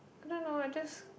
I don't know I just